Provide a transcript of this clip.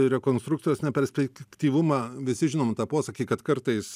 rekonstrukcijos neperspektyvumą visi žinom tą posakį kad kartais